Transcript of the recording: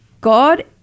God